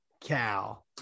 cow